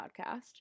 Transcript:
podcast